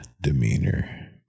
demeanor